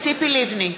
ציפי לבני,